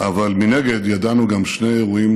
אבל מנגד, ידענו גם שני אירועים